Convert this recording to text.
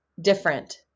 different